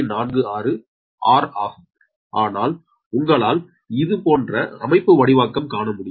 46 r ஆகும் ஆனால் உங்கலாள் இதுபோன்ற அமைப்புவடிவாக்கம் காண முடியும்